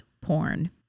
porn